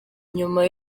nyuma